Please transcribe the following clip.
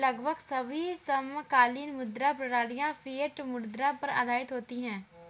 लगभग सभी समकालीन मुद्रा प्रणालियाँ फ़िएट मुद्रा पर आधारित होती हैं